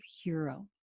hero